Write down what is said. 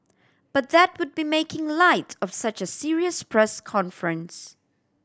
but that would be making light of such a serious press conference